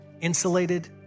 insulated